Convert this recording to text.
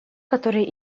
которые